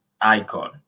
icon